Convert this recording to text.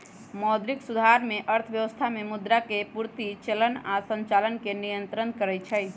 मौद्रिक सुधार में अर्थव्यवस्था में मुद्रा के पूर्ति, चलन आऽ संचालन के नियन्त्रण करइ छइ